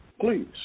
please